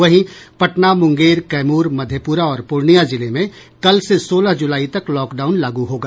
वहीं पटना मुंगेर कैमूर मधेपुरा और पूर्णिया जिले में कल से सोलह जुलाई तक लॉकडाउन लागू होगा